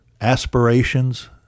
aspirations